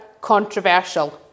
controversial